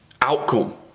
outcome